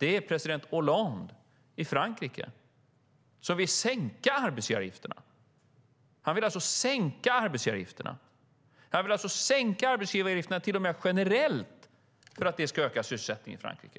görs av president Hollande i Frankrike. Han vill sänka arbetsgivaravgifterna till och med generellt för att det ska öka sysselsättningen.